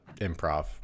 improv